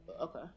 Okay